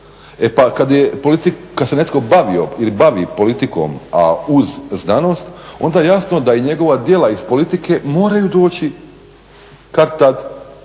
E pa kad se netko bavio ili bavi politikom, a uz znanost, onda jasno da i njegova djela iz politike moraju doći kad-tad